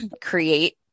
create